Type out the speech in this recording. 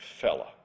fella